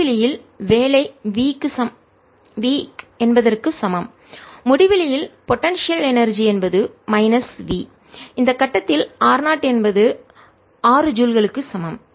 முடிவிலி இல் வேலை v க்கு என்பதற்கு சமம் முடிவிலியில் பொடன்சியல் எனர்ஜி என்பது மைனஸ் V இந்த கட்டத்தில் r 0 என்பது 6 ஜூல்களுக்கு சமம்